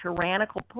tyrannical